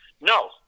No